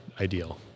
ideal